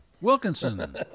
Wilkinson